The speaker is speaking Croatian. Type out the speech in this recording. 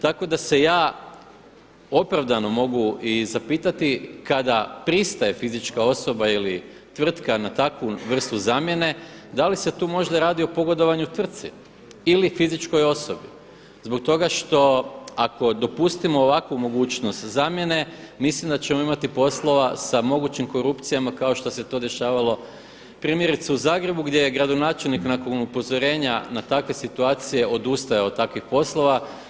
Tako da se ja opravdano mogu i zapitati kada pristaje fizička osoba ili tvrtka na takvu vrstu zamjene, da li se tu možda radi o pogodovanju tvrci ili fizičkoj osobi, zbog toga što ako dopustimo ovakvu mogućnost zamjene mislim da ćemo imati poslova sa mogućim korupcijama kao što se to dešavalo primjerice u Zagrebu gdje je gradonačelnik nakon upozorenja na takve situacije odustajao od takvih poslova.